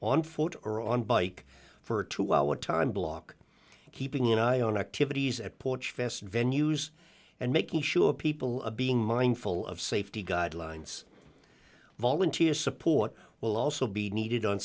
on foot or on bike for a two hour time block keeping an eye on activities at porch fest venue's and making sure people are being mindful of safety guidelines volunteers support will also be needed on